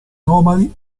nomadi